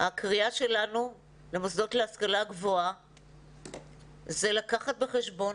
הקריאה שלנו למוסדות להשכלה גבוהה היא לקחת בחשבון